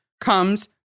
comes